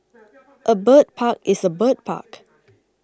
a bird park is a bird park